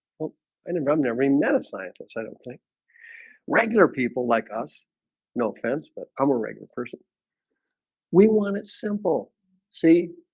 oh i never i'm never a meta scientist. i don't think regular people like us no offense, but i'm a regular person we want it simple see